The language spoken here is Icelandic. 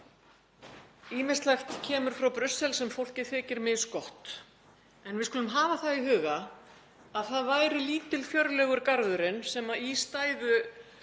ýmislegt kemur frá Brussel sem fólki þykir misgott. En við skulum hafa það í huga að það væri lítilfjörlegur garðurinn sem í stæðu